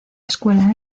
escuela